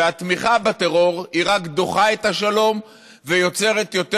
התמיכה בטרור רק דוחה את השלום ויוצרת יותר